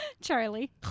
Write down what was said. charlie